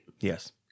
Yes